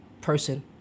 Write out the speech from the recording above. person